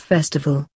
Festival